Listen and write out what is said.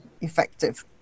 effective